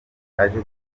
aje